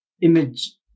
image